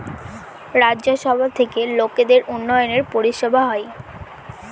রাজ্য সভা থেকে লোকদের উন্নয়নের পরিষেবা হয়